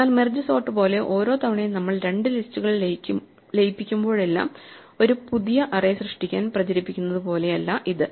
എന്നാൽ merge sort പോലെ ഓരോ തവണയും നമ്മൾ രണ്ട് ലിസ്റ്റുകൾ ലയിപ്പിക്കുമ്പോഴെല്ലാം ഒരു പുതിയ അറേ സൃഷ്ടിക്കാൻ പ്രേരിപ്പിക്കുന്നതുപോലെയല്ല ഇത്